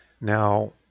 Now